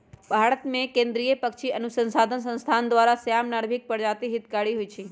भारतमें केंद्रीय पक्षी अनुसंसधान संस्थान द्वारा, श्याम, नर्भिक प्रजाति हितकारी होइ छइ